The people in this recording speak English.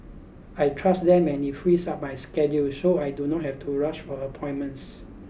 I trust them and it frees up my schedule so I do not have to rush for appointments